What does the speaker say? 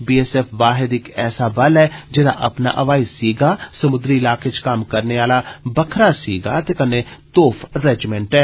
बी S F वाहिद इक ऐसा बल ऐ जेदा अपना हवाई सीगा समुन्द्री इलाके च कम्म करने आला बक्खरा सीगा ते कन्नै तोफ रेजिमेन्ट ऐ